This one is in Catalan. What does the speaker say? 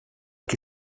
qui